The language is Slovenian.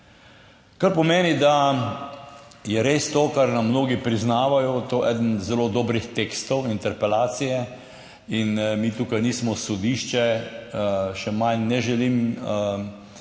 kar pomeni, da je res to kar nam mnogi priznavajo, to je eden zelo dobrih tekstov interpelacije in mi tukaj nismo sodišče, še manj ne želim